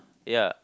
ya